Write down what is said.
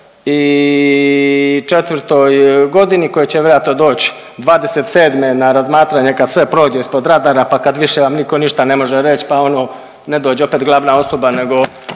u '24.g. koja će vjerojatno doć '27. na razmatranje kad sve prođe ispod radara, pa kad više vam niko ništa ne može reć, pa ono ne dođe opet glavna osoba nego